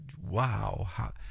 wow